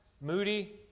moody